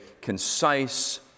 concise